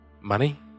Money